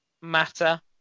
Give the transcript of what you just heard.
matter